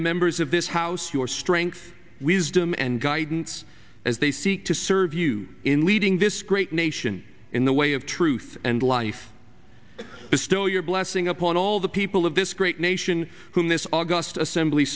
the members of this house your strength wisdom and guidance as they seek to serve you in leading this great nation in the way of truth and life bestow your blessing upon all the people of this great nation whom this august assembly